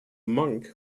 monk